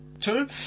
Two